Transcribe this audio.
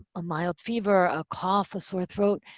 a mild fever, a cough, a sore throat,